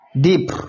deep